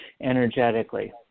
energetically